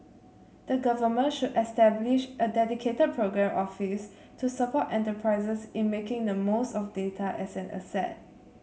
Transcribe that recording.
the Government should establish a dedicated programme office to support enterprises in making the most of data as an asset